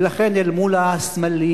ולכן אל מול הסמלים,